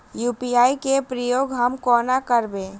UPI केँ प्रयोग हम कोना करबे?